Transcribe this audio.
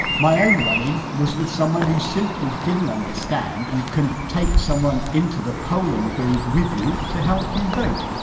my own run-in was with someone who simply didn't understand you can take someone into the polling booth with you to help you vote.